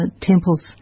temples